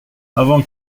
avant